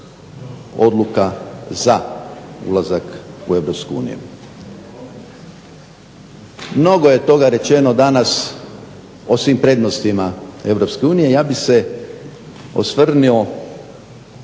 odluka za ulazak u EU. Mnogo je toga rečeno danas o svim prednostima EU. Ja bih se osvrnuo